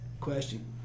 question